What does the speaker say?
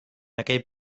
aquell